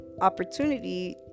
opportunity